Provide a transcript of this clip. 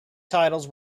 titles